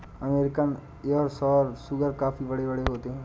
American Yorkshire सूअर काफी बड़े बड़े होते हैं